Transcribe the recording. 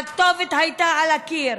והכתובת הייתה על הקיר,